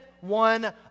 one